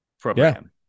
program